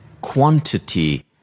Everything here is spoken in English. quantity